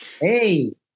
Hey